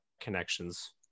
connections